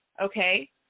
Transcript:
Okay